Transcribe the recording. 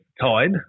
Tide